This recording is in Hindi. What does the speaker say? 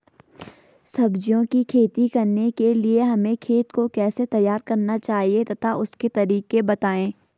सब्जियों की खेती करने के लिए हमें खेत को कैसे तैयार करना चाहिए तथा उसके तरीके बताएं?